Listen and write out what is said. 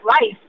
life